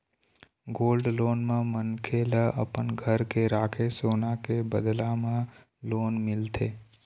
gold loan म मनखे ल अपन घर के राखे सोना के बदला म लोन मिलथे